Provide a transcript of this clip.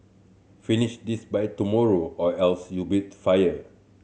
finish this by tomorrow or else you'll be fired